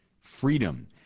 freedom